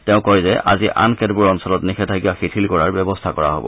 তেওঁ কয় যে আজি আন কেতবোৰ অঞ্চলত নিষেধাজ্ঞা শিথিল কৰাৰ ব্যৱস্থা কৰা হব